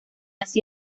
así